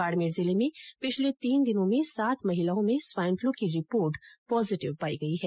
बाड़मेर जिले में पिछले तीन दिनों में सात महिलाओं में स्वाईनफ्लू की रिपोर्ट पोजीटिव पायी गई है